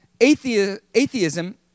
atheism